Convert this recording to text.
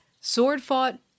sword-fought